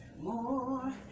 more